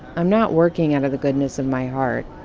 i'm not working out of the goodness of my heart.